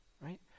Right